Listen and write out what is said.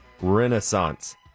Renaissance